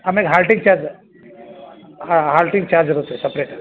ಆಮೇಲೆ halting charge halting charge ಇರುತ್ತೆ separate